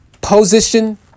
position